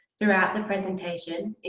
throughout the presentation,